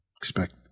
expect